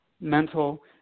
mental